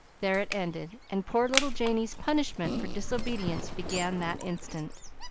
there it ended, and poor little janey's punishment for disobedience began that instant.